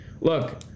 Look